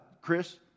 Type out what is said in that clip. Chris